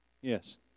Yes